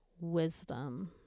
wisdom